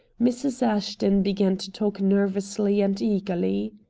mrs. ashton began to talk nervously and eagerly.